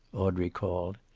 audrey called.